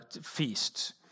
feasts